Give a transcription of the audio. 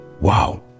Wow